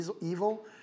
evil